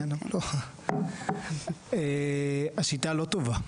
כן, אבל לא, השיטה לא טובה.